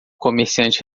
comerciante